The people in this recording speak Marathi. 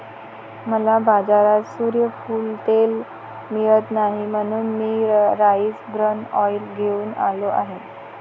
मला बाजारात सूर्यफूल तेल मिळत नाही म्हणून मी राईस ब्रॅन ऑइल घेऊन आलो आहे